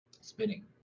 Spinning